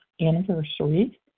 anniversary